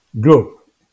group